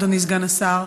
אדוני סגן השר,